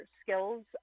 skills